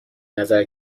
نظر